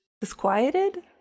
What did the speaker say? disquieted